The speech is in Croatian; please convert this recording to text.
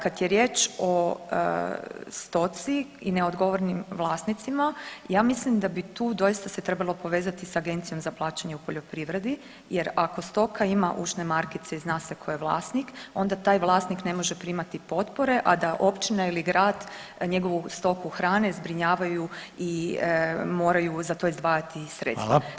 Kad je riječ o stoci i neodgovornim vlasnicima ja mislim da bi tu doista se trebalo povezati s Agencijom za plaćanje u poljoprivredi jer ako stoka ima ušne markice i zna se tko je vlasnik onda taj vlasnik ne može primati potpore, a da općina ili grad njegovu stoku hrane, zbrinjavaju i moraju za to izdvajati sredstva.